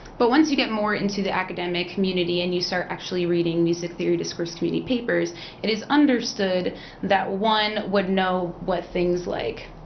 but once you get more into the academic community and you start actually reading music theory discourse community papers it is understood that one would know what things like